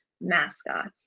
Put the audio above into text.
mascots